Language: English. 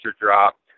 dropped